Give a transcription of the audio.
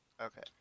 Okay